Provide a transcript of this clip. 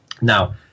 Now